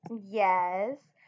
yes